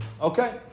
Okay